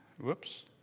whoops